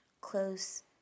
close